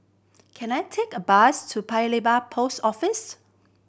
can I take a bus to Paya Lebar Post Office